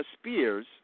Spears